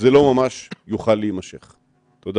תודה